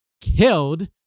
killed